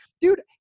dude